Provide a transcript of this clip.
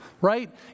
right